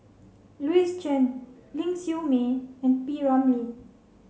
Louis Chen Ling Siew May and P Ramlee